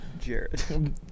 Jared